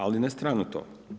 Ali, na stranu to.